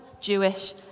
Jewish